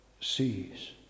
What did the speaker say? sees